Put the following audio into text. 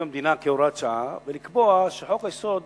המדינה כהוראת שעה ולקבוע שחוק-היסוד